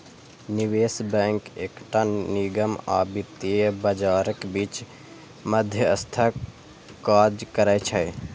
निवेश बैंक एकटा निगम आ वित्तीय बाजारक बीच मध्यस्थक काज करै छै